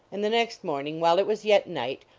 and the next morning, while it was yet night,